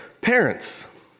parents